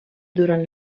durant